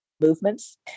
movements